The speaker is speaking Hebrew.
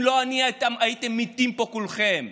אם לא אני, אתם הייתם מתים פה כולכם.